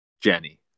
Jenny